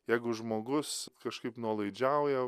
jeigu žmogus kažkaip nuolaidžiauja